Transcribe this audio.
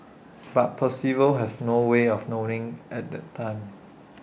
but Percival has no way of knowing at the time